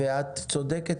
את צודקת,